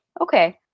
Okay